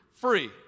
free